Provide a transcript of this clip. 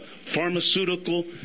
pharmaceutical